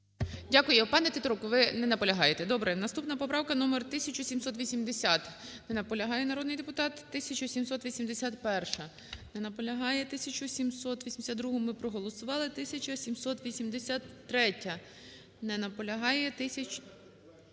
Дякую. Пане Тетерук, ви не наполягаєте. Добре. Наступна поправка - номер 1780. Не наполягає народний депутат. 1781-а. Не наполягає. 1782-у ми проголосували. 1783-я. Не наполягає.